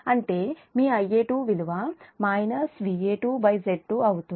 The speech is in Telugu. అంటే మీ Ia2 విలువ Va2Z2 ఉంటుంది